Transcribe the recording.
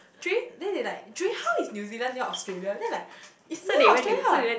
Jay then they like Jay how is New-Zealand near Australia then I'm like it's near Australia